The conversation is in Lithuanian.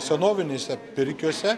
senovinėse pirkiose